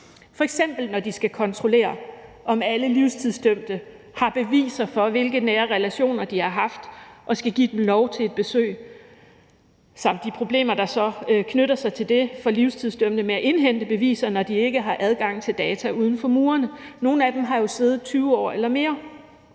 når de skal kontrollere, om alle livstidsdømte har beviser for, hvilke nære relationer de har haft, og skal give dem lov til et besøg, samt de problemer, der knytter sig til det, for livstidsdømte med at indhente beviser, når de ikke har adgang til data uden for murene. Nogle af dem har jo siddet 20 år eller mere.